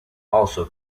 also